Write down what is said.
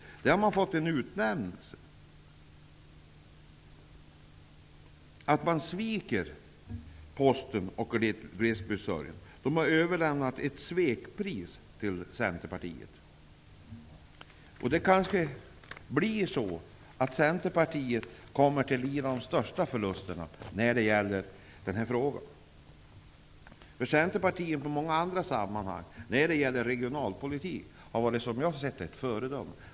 Där har Centerpartiet fått en utmärkelse för att man sviker Posten och glesbygdsservicen. De har överlämnat ett svekpris till Centerpartiet. Det kanske blir så att Centerpartiet kommer att lida de största förlusterna när det gäller den här frågan. Centerpartiet har varit ett föredöme i många andra sammanhang när det gäller regionalpolitik. Här har de totalt glömt detta.